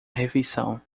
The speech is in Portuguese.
refeição